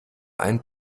einen